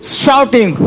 shouting